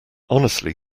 honestly